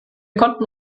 konnten